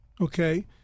Okay